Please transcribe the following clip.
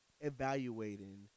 evaluating